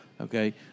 okay